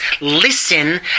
listen